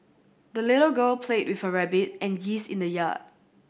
the little girl played with her rabbit and geese in the yard